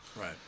Right